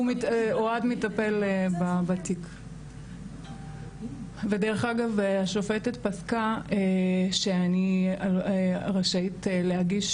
אוהד מטפל בתיק ודרך אגב השופטת פסקה שאני רשאית להגיש